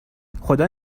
خدا